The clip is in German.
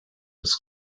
des